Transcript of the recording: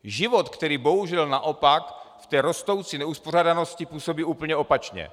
Život, který bohužel naopak v té rostoucí neuspořádanosti působí úplně opačně.